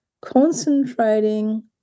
concentrating